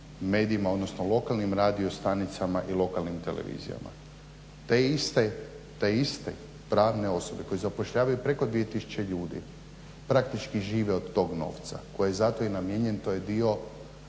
medijima, odnosno lokalnim radiostanicama i lokalnim televizijama. Te iste pravne osobe koje zapošljavaju preko 2000 ljudi praktički žive od tog novca koji je za to i namijenjen. To je dio